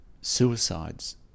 suicides